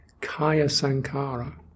kaya-sankara